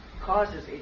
causes